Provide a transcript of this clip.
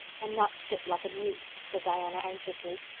and not sit like a mute, said diana anxiously.